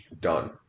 done